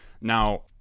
now